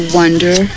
wonder